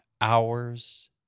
hours